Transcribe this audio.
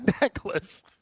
necklace